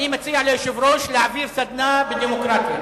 אני מציע ליושב-ראש להעביר סדנה בדמוקרטיה.